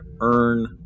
earn